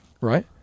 right